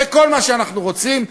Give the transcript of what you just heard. בכל מה שאנחנו רוצים,